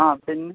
ആ പിന്നെ